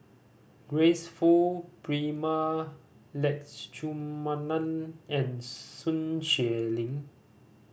Grace Fu Prema Letchumanan and Sun Xueling